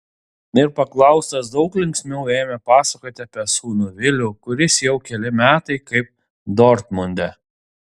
ir paklaustas daug linksmiau ėmė pasakoti apie sūnų vilių kuris jau keli metai kaip dortmunde